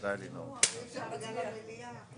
חייל מילואים כהגדרתו בחוק שירות המילואים,